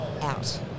out